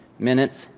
minutes,